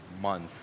month